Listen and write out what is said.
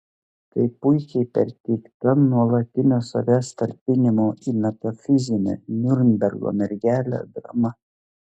tai puikiai perteikta nuolatinio savęs talpinimo į metafizinę niurnbergo mergelę drama